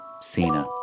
Cena